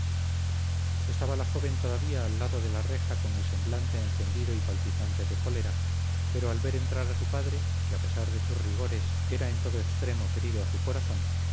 estaba la joven todavía al lado de la reja con el semblante encendido y palpitante de cólera pero al ver entrar a su padre que a pesar de sus rigores era en todo extremo querido a su corazón